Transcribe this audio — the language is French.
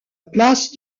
place